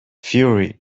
fury